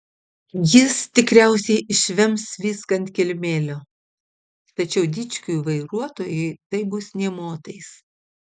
jis tikriausiai išvems viską ant kilimėlio tačiau dičkiui vairuotojui tai bus nė motais